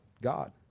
God